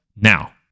Now